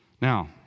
Now